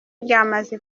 ryamaze